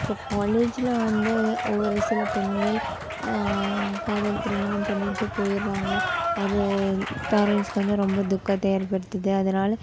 இப்போது காலேஜில் வந்து ஒரு சில பெண்கள் காதல் திருமணம் பண்ணிகிட்டு போயிடுறாங்க அது பேரன்ட்ஸ்க்கு வந்து ரொம்ப துக்கத்தை ஏற்படுத்தது அதனால